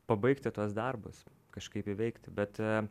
pabaigti tuos darbus kažkaip įveikti bet